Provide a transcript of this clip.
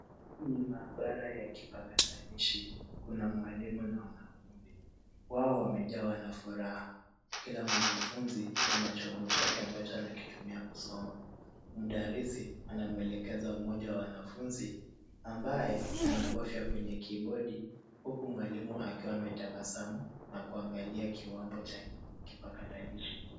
Hii ni maabara ya kipakatalishi, kuna mwalimu na wanafunzi, wao wamejawa na furaha. Kila mwanafunzi ana chombo chake ambacho anakitumia kusoma. Mdarisi anamwelekeza mmoja wa wanafunzi ambaye anabofia kwenye kibodi huku mwalimu akiwa ametabasamu na kuangalia kiwambo cha kipakatalishi.